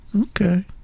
Okay